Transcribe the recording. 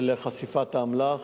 לחשיפת האמל"ח.